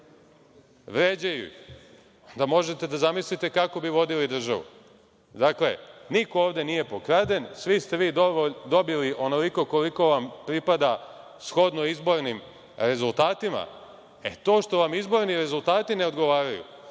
vređaju, možete da zamislite kako bi vodili državu. Dakle, niko ovde nije pokraden, svi ste vi dobili onoliko koliko vam pripada shodno izbornim rezultatima. E, to što vam izborni rezultati ne odgovaraju,